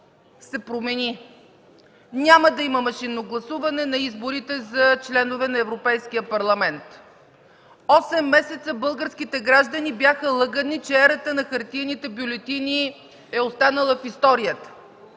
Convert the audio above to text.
се промени. Няма да има машинно гласуване на изборите за членове на Европейския парламент. Осем месеца българските граждани бяха лъгани, че ерата на хартиените бюлетини е останала в историята.